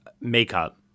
makeup